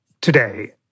today